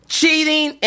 Cheating